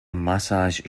massage